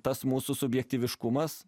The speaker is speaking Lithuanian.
tas mūsų subjektyviškumas